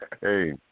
hey